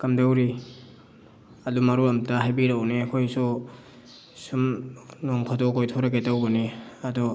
ꯀꯝꯗꯧꯔꯤ ꯑꯗꯨ ꯃꯔꯣꯟ ꯑꯝꯇ ꯍꯥꯏꯕꯤꯔꯛꯎꯅꯦ ꯑꯩꯈꯣꯏꯁꯨ ꯁꯨꯝ ꯅꯣꯡ ꯐꯥꯗꯣꯛ ꯀꯣꯏꯊꯣꯔꯛꯀꯦ ꯇꯧꯕꯅꯤ ꯑꯗꯣ